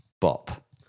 bop